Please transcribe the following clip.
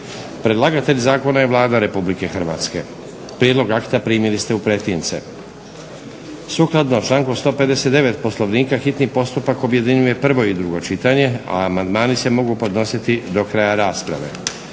Predlagatelj zakona je Vlada Republike Hrvatske. Prijedlog akta primili ste u pretince. Sukladno članku 159. Poslovnika hitni postupak objedinjuje prvo i drugo čitanje, a amandmani se mogu podnositi do kraja rasprave.